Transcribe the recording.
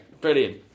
brilliant